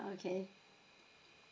okay